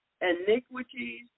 iniquities